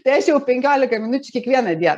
tai aš jau penkiolika minučių kiekvieną dieną